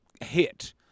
hit